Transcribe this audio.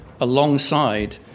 alongside